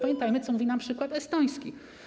Pamiętajmy, co mówi nam przykład estoński.